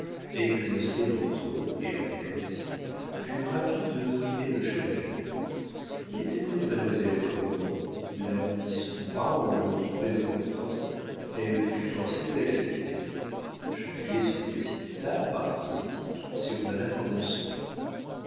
exhaussaient entre eux et la bourgeoisie fut ravi de primer le chevalier il était près de mademoiselle cormon il arrondit son bras en le lui présentant elle fut forcée de l'accepter le chevalier se précipita par politique sur madame granson